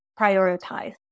prioritize